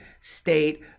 state